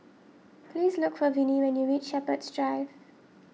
please look for Vinnie when you reach Shepherds Drive